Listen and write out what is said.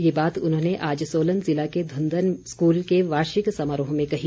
ये बात उन्होंने आज सोलन ज़िला के धुन्दन स्कूल के वार्षिक समारोह में कही